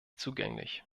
zugänglich